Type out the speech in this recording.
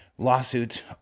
Lawsuits